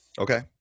Okay